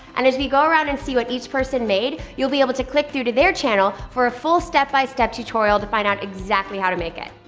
and as we go around and see what each person made, you'll be able to click through to their channel for a full step-by-step tutorial to find out exactly how to make it.